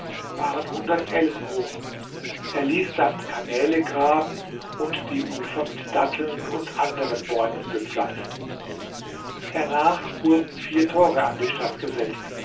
waren hundert ellen hoch er ließ dann kanäle graben und die ufer mit datteln und anderen bäumen bepflanzen hernach wurden vier tore an die stadt gesetzt